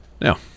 Now